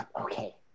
okay